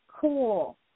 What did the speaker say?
cool